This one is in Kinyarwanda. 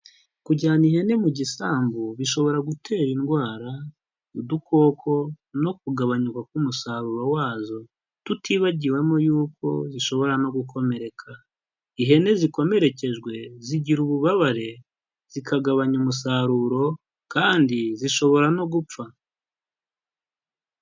Kujyana ihene mu gisambu bishobora gutera indwara y'udukoko, no kugabanyuka k'umusaruro wazo, tutibagiwemo yuko zishobora no gukomereka. Ihene zikomerekejwe zigira ububabare, zikagabanya umusaruro, kandi zishobora no gupfa.